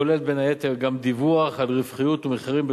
הכוללת בין היתר גם דיווח על רווחיות ומחירים,